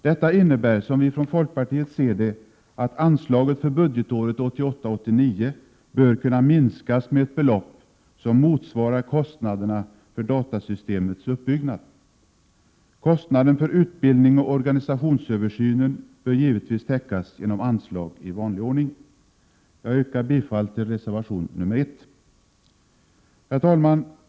Detta innebär, som vi från folkpartiet ser det, att anslaget för budgetåret 1988/89 bör kunna minskas med ett belopp som motsvarar kostnaderna för datasystemets uppbyggnad. Kostnaden för utbildning och organisationsöversynen bör givetvis täckas genom anslag i vanlig ordning. Jag yrkar bifall till reservation nr 1. Herr talman!